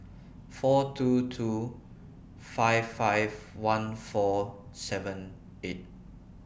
four two two five five one four three seven eight